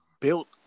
built